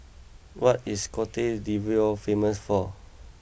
what is Cote d'Ivoire famous for